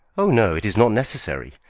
oh, no it is not necessary.